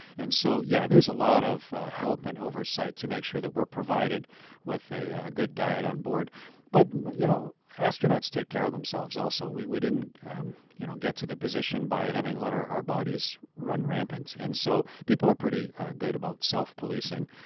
and so yes, yeah there's a lot of help and oversight to make sure that we're provided with a ah good diet onboard but you know astronauts take care of themselves also. we we didn't you know get to the position by having let our bodies run rampant, and so people are pretty ah good about self-policing.